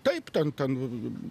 taip ten ten